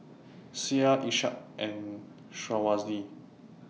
Syah Ishak and Syazwani